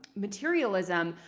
materialism,